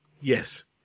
Yes